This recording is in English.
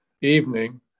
evening